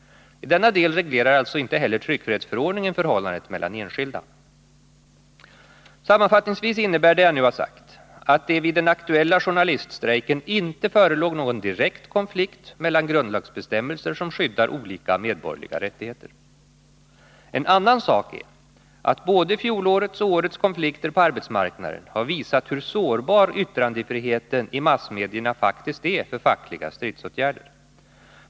I denna del reglerar alltså inte heller tryckfrihetsförordningen förhållandet mellan enskilda. Sammanfattningsvis innebär det jag nu har sagt att det vid den aktuella journaliststrejken inte förelåg någon direkt konflikt mellan grundlagsbestämmelser som skyddar olika medborgerliga rättigheter. En annan sak är att både fjolårets och årets konflikter på arbetsmarknaden har visat hur sårbar yttrandefriheten i massmedierna faktiskt är för fackliga stridsåtgärder.